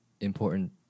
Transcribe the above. important